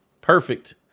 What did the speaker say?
Perfect